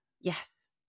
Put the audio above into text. yes